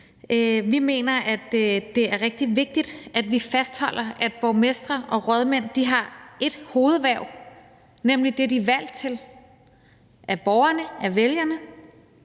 Vi mener, at det er rigtig vigtigt, at vi fastholder, at borgmestre og rådmænd har ét hovedhverv, nemlig det, de er valgt til af borgerne, af vælgerne,